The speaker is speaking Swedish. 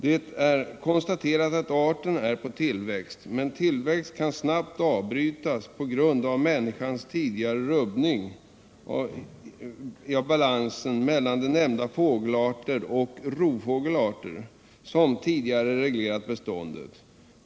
Det är konstaterat att arterna är på tillväxt, men en tillväxt kan snabbt avbrytas på grund av människans rubbning av balansen mellan ifrågavarande fågelart och rovfåglar, som tidigare reglerat beståndet.